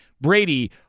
Brady